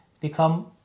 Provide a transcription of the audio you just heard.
become